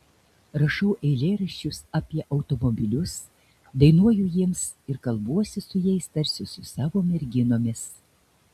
rašau eilėraščius apie automobilius dainuoju jiems ir kalbuosi su jais tarsi su savo merginomis